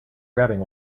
grabbing